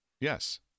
Yes